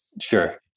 Sure